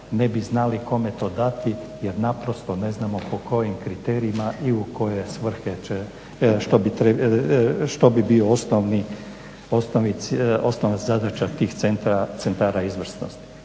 ne bi znali kome to dati jer naprosto ne znamo po kojim kriterijima i u koje svrhe će, što bi bio osnovna zadaća tih Centara izvrsnosti.